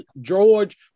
George